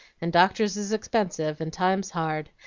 and doctors is expensive, and times hard,